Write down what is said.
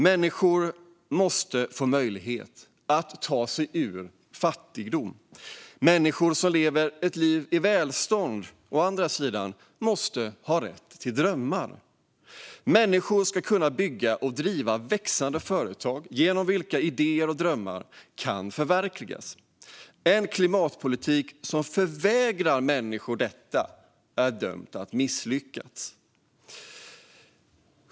Människor måste få möjlighet att ta sig ur fattigdom. Människor som lever ett liv i välstånd måste å andra sidan ha rätt till drömmar. Människor ska kunna bygga och driva växande företag genom vilka idéer och drömmar kan förverkligas. En klimatpolitik som förvägrar människor detta är dömd att misslyckas.